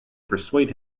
persuade